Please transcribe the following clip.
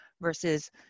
versus